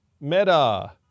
Meta